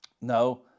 No